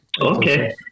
okay